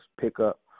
pickup